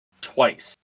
twice